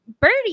Birdie